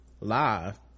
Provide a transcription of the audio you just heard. live